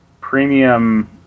premium